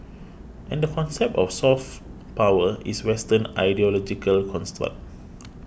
and the concept of soft power is Western ideological construct